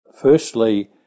Firstly